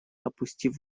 опустив